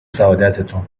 سعادتتون